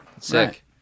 sick